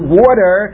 water